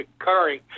occurring